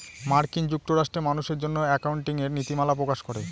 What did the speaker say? মার্কিন যুক্তরাষ্ট্রে মানুষের জন্য একাউন্টিঙের নীতিমালা প্রকাশ করে